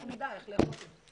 אנחנו נדע איך לאכוף את זה.